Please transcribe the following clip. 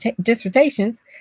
dissertations